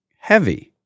heavy